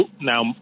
now